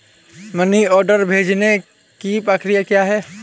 Money order भेजने की प्रक्रिया क्या है?